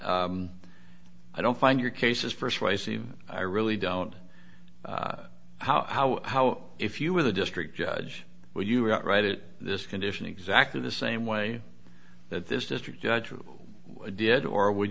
that i don't find your cases st i really don't how how how if you were the district judge where you are right it this condition exactly the same way that this district judge who did or would